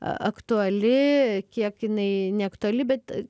aktuali kiek jinai neaktuali bet